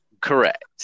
correct